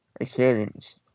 experience